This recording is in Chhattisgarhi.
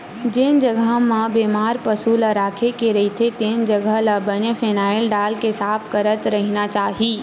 जेन जघा म बेमार पसु ल राखे गे रहिथे तेन जघा ल बने फिनाईल डालके साफ करत रहिना चाही